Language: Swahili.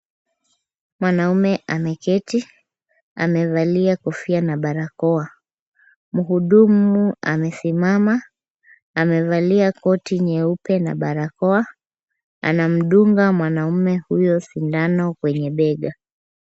Mwanamume ameketi. Amevalia kofia na barakoa. Mhudumu amesimama amevalia koti nyeupe na barakoa. Anamdunga mwanamume huyo sindano kwenye bega.